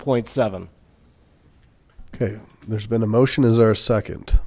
point seven ok there's been the motion is our second